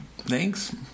Thanks